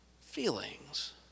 feelings